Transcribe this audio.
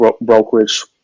Brokerage